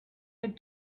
had